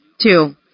Two